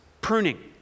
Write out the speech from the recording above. pruning